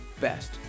best